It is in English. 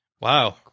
wow